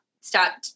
Stop